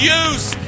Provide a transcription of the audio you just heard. use